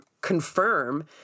confirm